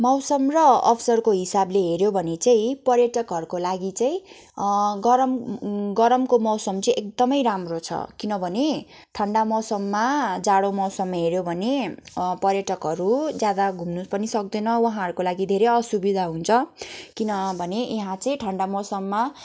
मौसम र अवसरको हिसाबले हेर्यो भने चाहिँ पर्यटकहरूको लागि चाहिँ गरम गरमको मौसम चाहिँ एकदमै राम्रो छ किनभने ठन्डा मौसममा जाडो मौसम हेर्यो भने पर्याटकहरू ज्यादा घुम्नु पनि सक्दैन उहाँहरूको लागि धेरै असुविधा हुन्छ किनभने यहाँ चाहिँ ठन्डा मौसममा